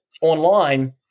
online